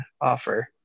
offer